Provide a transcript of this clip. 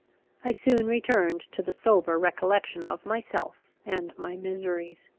i soon returned to the sober recollection of myself and my miseries.